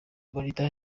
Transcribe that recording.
monitor